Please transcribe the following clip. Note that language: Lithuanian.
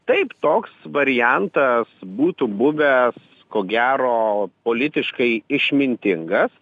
taip toks variantas būtų buvęs ko gero politiškai išmintingas